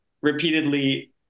repeatedly